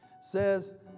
says